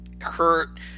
Hurt